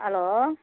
hello